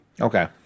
okay